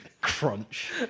Crunch